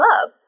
love